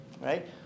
right